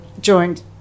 Joined